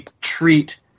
treat